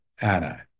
Anna